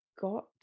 got